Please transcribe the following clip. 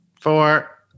four